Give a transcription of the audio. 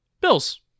Bills